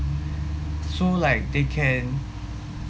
so like they can